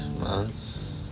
months